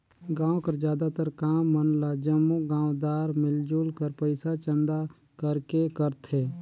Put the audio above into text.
गाँव कर जादातर काम मन ल जम्मो गाँवदार मिलजुल कर पइसा चंदा करके करथे